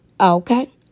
Okay